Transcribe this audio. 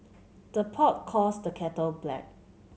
the pot calls the kettle black